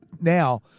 now